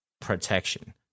Protection